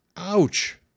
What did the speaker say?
Ouch